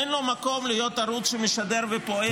אין לו מקום להיות ערוץ שמשדר ופועל